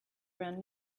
around